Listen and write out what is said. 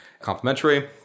complimentary